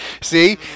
See